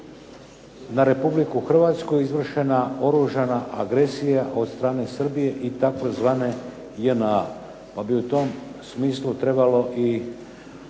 na Republiku Hrvatsku izvršena oružana agresija od strane Srbije i tzv. JNA, pa bi u tom smislu trebalo i